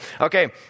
Okay